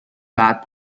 that